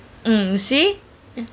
mm see